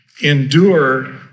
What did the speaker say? endure